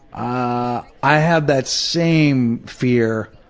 ah i have that same fear.